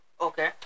okay